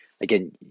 again